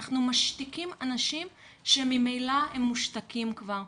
אנחנו משתיקים אנשים שממילא הם מושתקים כבר.